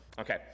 okay